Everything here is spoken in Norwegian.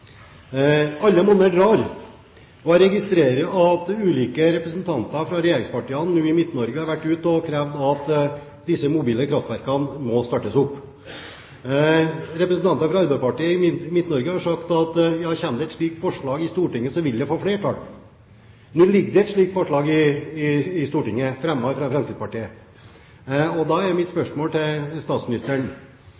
Alle monner drar. Jeg registrerer at ulike representanter fra regjeringspartiene i Midt-Norge har vært ute og krevd at disse mobile kraftverkene nå startes opp. Representanter fra Arbeiderpartiet i Midt-Norge har sagt at kommer det et slikt forslag i Stortinget, så vil det få flertall. Nå ligger det et slikt forslag i Stortinget, fremmet av Fremskrittspartiet. Da er mitt